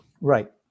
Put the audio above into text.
Right